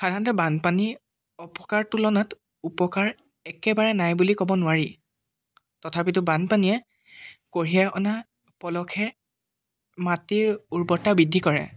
সাধাৰণতে বানপানী অপকাৰ তুলনাত উপকাৰ একেবাৰে নাই বুলি ক'ব নোৱাৰি তথাপিতো বানপানীয়ে কঢ়িয়াই অনা পলসে মাটিৰ উৰ্বৰতা বৃদ্ধি কৰে